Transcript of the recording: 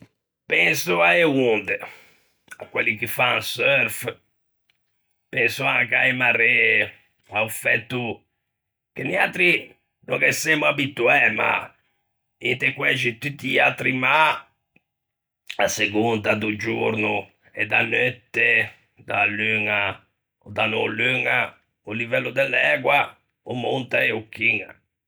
Penso a-e onde, à quelli chi fan surf, penso anche a-e maree, a-o fæto che niatri no ghe semmo abituæ, ma inte quæxi tutti i atri mâ, à segonda do giorno e da neutte, da luña ò da no luña, o livello de l'ægua o monta e o chiña.